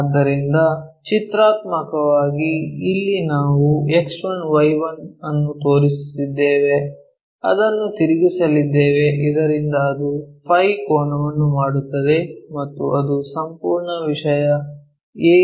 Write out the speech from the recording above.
ಆದ್ದರಿಂದ ಚಿತ್ರಾತ್ಮಕವಾಗಿ ಇಲ್ಲಿ ನಾವು X1Y1 ಅನ್ನು ತೋರಿಸುತ್ತಿದ್ದೇವೆ ಅದನ್ನು ತಿರುಗಿಸಲಿದ್ದೇವೆ ಇದರಿಂದ ಅದು ಫೈ Φ ಕೋನವನ್ನು ಮಾಡುತ್ತದೆ ಮತ್ತು ಅದು ಸಂಪೂರ್ಣ ವಿಷಯ ಎ